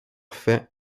fait